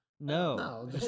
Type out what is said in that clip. No